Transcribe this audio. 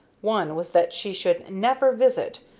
one was that she should never visit,